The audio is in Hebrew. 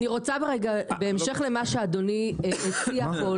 אני רוצה בהמשך למה שאדוני הציע פה,